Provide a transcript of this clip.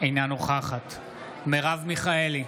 אינה נוכחת מרב מיכאלי,